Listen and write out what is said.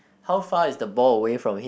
how far is the ball away from him